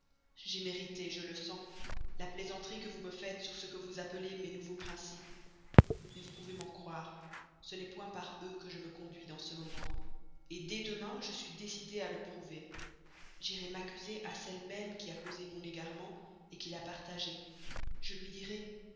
j'ai mérité je le sens la plaisanterie que vous me faites sur ce que vous appelez mes nouveaux principes mais vous pouvez m'en croire ce n'est point par eux que je me conduis dans ce moment dès demain je suis décidé à le prouver j'irai m'accuser à celle même qui a causé mon égarement qui l'a partagé je lui dirai